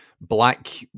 black